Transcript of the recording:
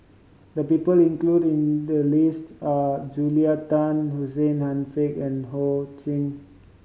the people include in the list are Julia Tan Hussein Haniff and Ho Ching